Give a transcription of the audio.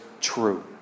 true